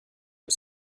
was